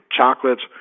chocolates